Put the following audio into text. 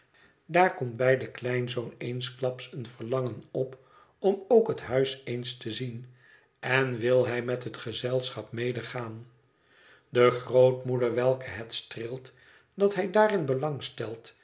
daar komt bij den kleinzoon eensklaps een verlangen op om ook het huis eens te zien en wil hij met het gezelschap medegaan de grootmoeder welke het streelt dat hij daarin